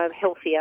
healthier